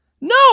No